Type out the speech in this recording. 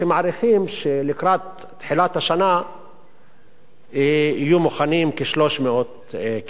שהם מעריכים שלקראת תחילת השנה יהיו מוכנות כ-300 כיתות.